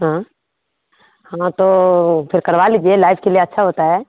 हाँ हाँ तो फिर करवा लीजिए लाइफ़ के लिए अच्छा होता है